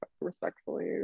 respectfully